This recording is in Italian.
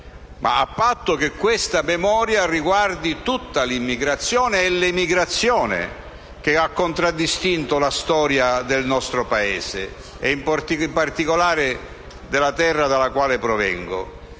di questi giorni ma tutta l'immigrazione e l'emigrazione che ha contraddistinto la storia del nostro Paese e in particolare della terra dalla quale provengo.